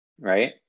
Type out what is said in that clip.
right